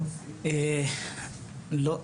לא,